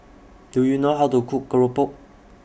Do YOU know How to Cook Keropok